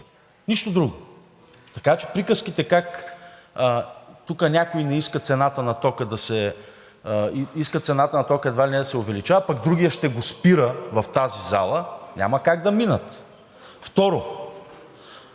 нищо друго. Така че приказките как тук някой иска цената на тока да се увеличава, пък другият ще го спира, в тази зала няма как да минат. Второ,